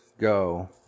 go